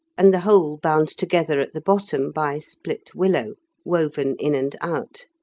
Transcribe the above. and the whole bound together at the bottom by split willow woven in and out.